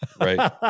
right